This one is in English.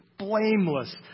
blameless